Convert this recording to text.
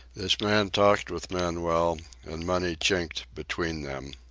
this man talked with manuel, and money chinked between them.